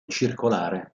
circolare